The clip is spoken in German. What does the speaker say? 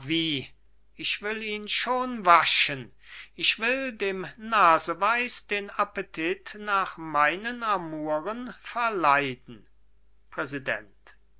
ich will ihn schon waschen ich will dem naseweis den appetit nach meinen amouren verleiden präsident